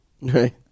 Right